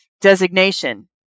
designation